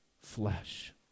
flesh